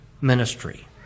ministry